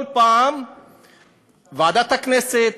כל פעם ועדת הכנסת,